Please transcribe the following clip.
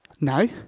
no